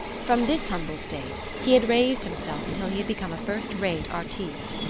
from this humble state he had raised himself until he had become a first-rate artiste.